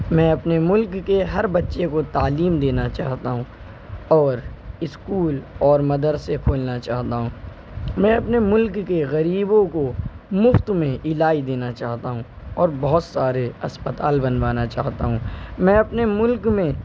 میں اپنے ملک کے ہر بچے کو تعلیم دینا چاہتا ہوں اور اسکول اور مدرسے کھولنا چاہتا ہوں میں اپنے ملک کے غریبوں کو مفت میں علاج دینا چاہتا ہوں اور بہت سارے اسپتال بنوانا چاہتا ہوں میں اپنے ملک میں